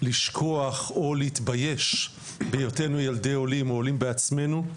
לשכוח או להתבייש בהיותנו ילדי עולים או עולים בעצמנו,